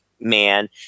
man